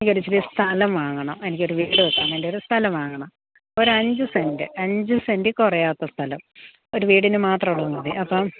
എനിക്ക് ഒരു ഇത്തിരി സ്ഥലം വാങ്ങണം എനിക്കൊരു വീട് വയ്ക്കാൻ വേണ്ടി ഒരു സ്ഥലം വാങ്ങണം ഒരു അഞ്ച് സെന്റ് അഞ്ച് സെന്റിൽ കുറയാത്ത സ്ഥലം ഒരു വീടിന് മാത്രം ഉള്ളത് മതി അപ്പം